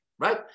right